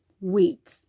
week